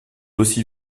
aussi